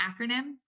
acronym